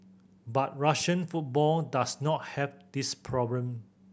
but Russian football does not have this problem